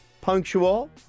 punctual